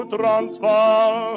Transvaal